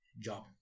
job